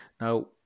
Now